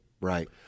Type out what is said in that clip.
Right